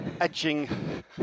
edging